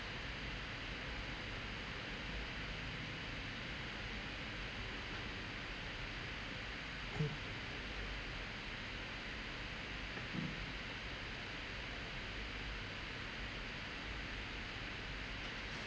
hmm